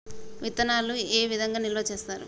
విత్తనాలు ఏ విధంగా నిల్వ చేస్తారు?